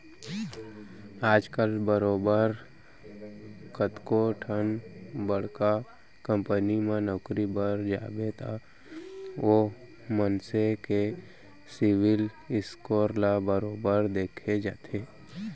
आजकल बरोबर कतको ठन बड़का कंपनी म नौकरी बर जाबे त ओ मनसे के सिविल स्कोर ल बरोबर देखे जाथे